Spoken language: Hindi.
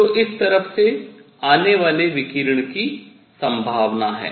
जो इस तरफ से आने वाले विकिरण की सम्भावना है